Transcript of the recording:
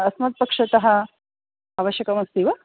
अस्मद् पक्षतः आवश्यकमस्ति वा